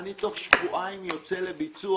הוא תוך שבועיים יוצא לביצוע.